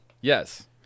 Yes